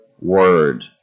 word